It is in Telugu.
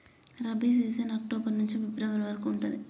రబీ సీజన్ అక్టోబర్ నుంచి ఫిబ్రవరి వరకు ఉంటది